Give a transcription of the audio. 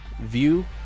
view